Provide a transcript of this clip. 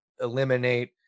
eliminate